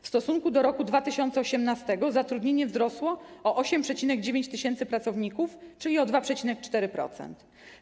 W stosunku do roku 2018 zatrudnienie wzrosło o 8,9 tys. pracowników, czyli o 2,4%.